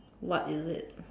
what is it